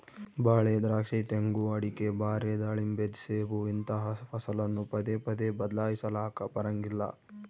ಬಾಳೆ, ದ್ರಾಕ್ಷಿ, ತೆಂಗು, ಅಡಿಕೆ, ಬಾರೆ, ದಾಳಿಂಬೆ, ಸೇಬು ಇಂತಹ ಫಸಲನ್ನು ಪದೇ ಪದೇ ಬದ್ಲಾಯಿಸಲಾಕ ಬರಂಗಿಲ್ಲ